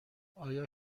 آیا